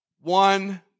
one